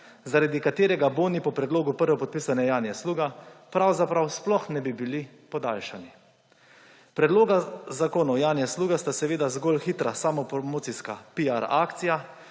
zaradi katerega boni po predlogu prvopodpisane Janje Sluga pravzaprav sploh ne bi bili podaljšani. Predloga zakonov Janje Sluga sta seveda zgolj hitra samopromocijska piar akcija,